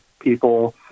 people